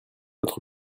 autre